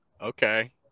Okay